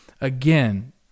Again